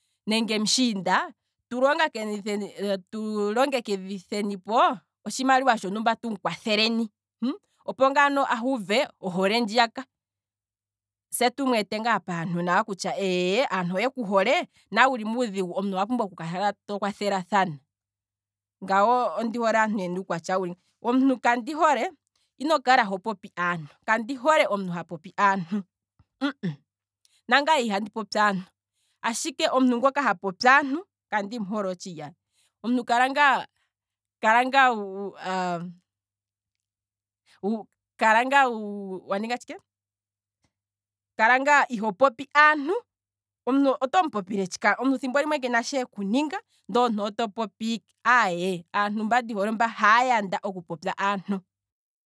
Nenge m'tshiinda, tulonga, tu longekidhenipo otshimaliwa tshontumba tumu kwatheleni, opo ngaano uuve ohole ndjiya ka tse tu mweete ngaa paantu kutya eeye, aantu oyeku hole na uuna wuli muudhigu owa pumbwa oku kala to kwathelathana, ngano ondi hole omuntu ena uukwatya wuli nga, omuntu kandi hole, ino kala hopipi aantu. kandi hole omuntu ha popi aantu, nangaye ihandi popi aantu, ashike omuntu ngoka ha popi aantu akandimu hole otshili aye, omuntu kala ngaa, kala ngaa waninga tshike, kala ngaa iho popi aantu, omuntu otomu popile tshike ano, omuntu thimbo limwe kena shi eku ninga ndele oto pipi ike, aaye, aantu mba ndihole omba haya yanda oku popya aantu.